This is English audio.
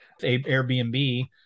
Airbnb